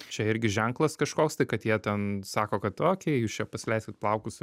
čia irgi ženklas kažkoks tai kad jie ten sako kad okei jūs čia pasileiskit plaukus